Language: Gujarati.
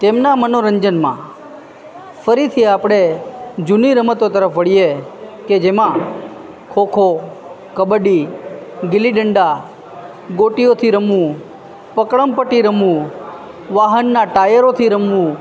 તેમના મનોરંજનમાં ફરીથી આપણે જૂની રમતો તરફ વળીએ કે જેમાં ખોખો કબડ્ડી ગિલી ડંડા ગોટીઓથી રમવું પકડમ પટી રમવું વાહનના ટાયરોથી રમવું